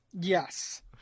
yes